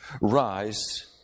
Rise